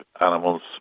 animals